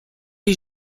les